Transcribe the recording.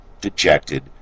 dejected